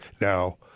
now